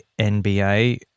NBA